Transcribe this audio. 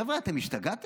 חבר'ה, אתם השתגעתם?